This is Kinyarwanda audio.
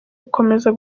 gukomeza